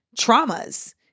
traumas